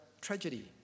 tragedy